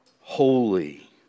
Holy